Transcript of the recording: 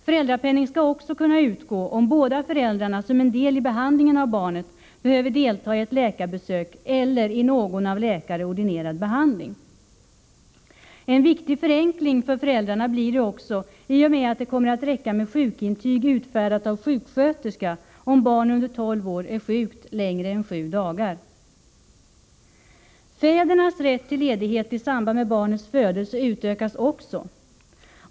Föräldrapenning skall och kunna utgå om båda föräldrarna som en del i behandlingen av barnet behöver delta i ett läkarbesök eller i någon av läkare ordinerad behandling. En viktig förenkling för föräldrarna blir det också i och med att det kommer att räcka med sjukintyg utfärdat av sjuksköterska om barn under tolv är sjukt längre än sju dagar. Fädernas rätt till ledighet i samband med barnets födelse utökas också.